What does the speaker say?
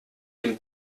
dem